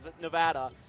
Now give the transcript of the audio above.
Nevada